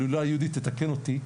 אבל אולי יהודית תתקן אותי: